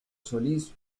solís